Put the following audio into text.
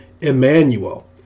Emmanuel